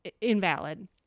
invalid